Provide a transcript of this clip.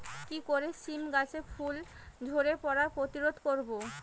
কি করে সীম গাছের ফুল ঝরে পড়া প্রতিরোধ করব?